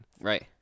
Right